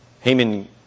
Haman